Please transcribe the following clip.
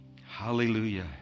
Hallelujah